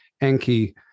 Enki